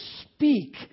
speak